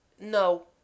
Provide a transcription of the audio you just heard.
No